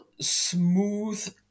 smooth